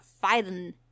fighting